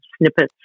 snippets